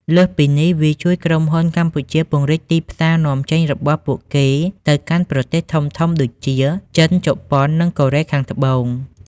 លើសពីនេះ វាជួយក្រុមហ៊ុនកម្ពុជាពង្រីកទីផ្សារនាំចេញរបស់ពួកគេទៅកាន់ប្រទេសធំៗដូចជា ចិន ជប៉ុន និងកូរ៉េខាងត្បូង។